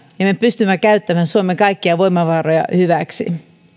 ja ja me pystymme käyttämään suomen kaikkia voimavaroja hyväksi